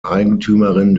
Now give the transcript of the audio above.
eigentümerin